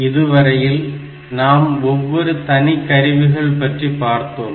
இதுவரையில் நாம் ஒவ்வொரு தனி கருவிகள் பற்றி பார்த்தோம்